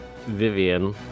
Vivian